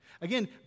Again